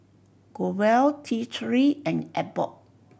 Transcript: Growell T Three and Abbott